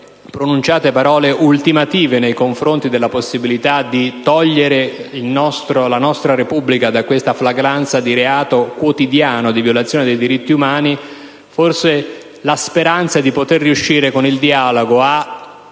pronunciate parole ultimative nei confronti della possibilità di togliere la nostra Repubblica da questa flagranza di reato quotidiano di violazione dei diritti umani, forse la speranza di poter riuscire con il dialogo a